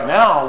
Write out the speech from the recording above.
now